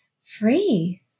free